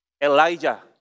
Elijah